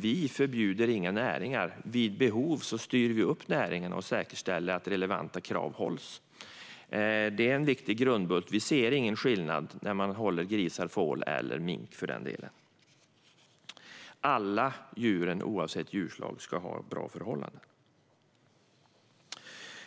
Vi förbjuder inga näringar, men vid behov styr vi upp näringarna och säkerställer att relevanta krav uppfylls. Detta är en viktig grundbult. Vi ser ingen skillnad på att hålla grisar, får eller minkar; alla djur ska ha bra förhållanden.